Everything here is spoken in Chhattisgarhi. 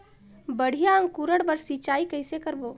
बढ़िया अंकुरण बर सिंचाई कइसे करबो?